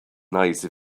nice